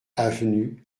avenue